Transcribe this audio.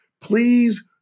Please